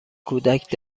کودک